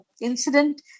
incident